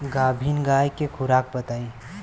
गाभिन गाय के खुराक बताई?